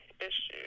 issues